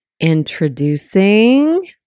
Introducing